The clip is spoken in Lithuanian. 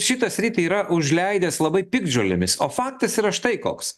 šitą sritį yra užleidęs labai piktžolėmis o faktas yra štai koks